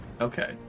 Okay